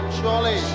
surely